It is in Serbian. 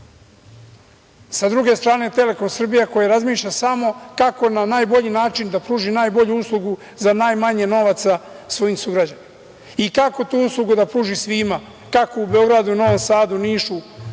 druge strane, „Telekom Srbija“, koja razmišlja samo kako na najbolji način da pruži najbolju uslugu za najmanje novaca svojim sugrađanima. I, kako tu uslugu da pruži svima, kako u Beogradu, Novom Sadu, Nišu,